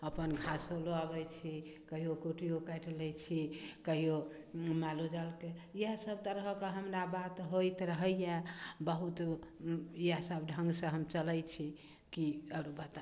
अपन घासो लऽ अबै छी कहियो कुट्टियो काटि लै छी कहियो मालो जाल के इएह सब तरह के हमरा बात होइत रहैये बहुत इएह सब ढंग से हम चलय छी की और बताबू